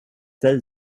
dig